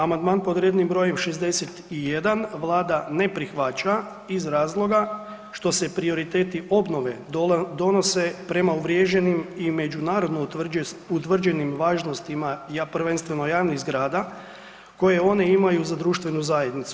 Amandman pod rednim br. 61 vlada ne prihvaća iz razloga što se prioriteti obnove donose prema uvriježenim i međunarodno utvrđenim važnostima prvenstveno javnih zgrada koje one imaju za društvenu zajednicu.